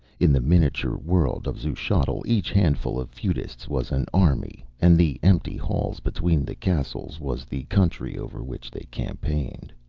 in the miniature world of xuchotl each handful of feudists was an army, and the empty halls between the castles was the country over which they campaigned.